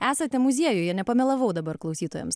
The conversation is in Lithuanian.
esate muziejuje nepamelavau dabar klausytojams